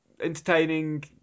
entertaining